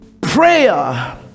prayer